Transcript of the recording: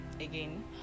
again